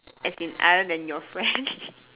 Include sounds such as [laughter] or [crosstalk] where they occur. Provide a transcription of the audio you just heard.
as in other than your friend [laughs]